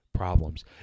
problems